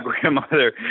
grandmother